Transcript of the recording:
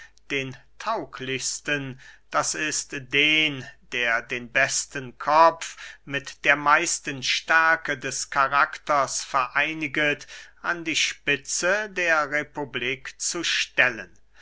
den tauglichsten d i den der den besten kopf mit der meisten stärke des karakters vereiniget an die spitze der republik zu stellen